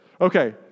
Okay